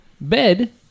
bed